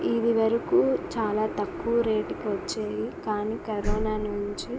ఇది వరకు చాలా తక్కువ రేటుకి వచ్చేవి కానీ కరోనా నుంచి